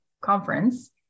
conference